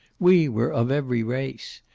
we were of every race.